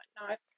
whatnot